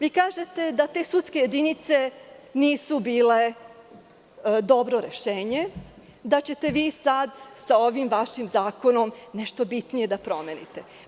Vi kažete da te sudske jedinice nisu bile dobro rešenje, da ćete vi sada sa ovim vašim zakonom nešto bitnije promeniti.